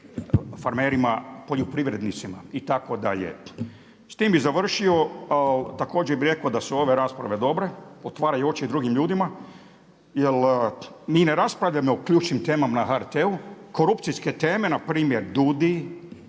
farmerima, poljoprivrednicima itd. S tim bih završio. Također bih rekao da su ove rasprave dobre, otvaraju oči drugim ljudima jer mi ne raspravljamo o ključnim temama na HRT-u. Korupcijske teme na primjer DUUDI,